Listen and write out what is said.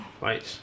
Right